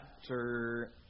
chapter